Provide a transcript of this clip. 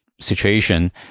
situation